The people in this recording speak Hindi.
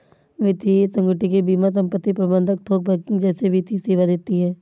वित्तीय संगुटिका बीमा संपत्ति प्रबंध थोक बैंकिंग जैसे वित्तीय सेवा देती हैं